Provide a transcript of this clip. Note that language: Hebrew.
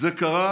זה קרה